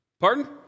Pardon